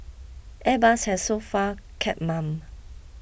Airbus has so far kept mum